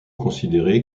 considéré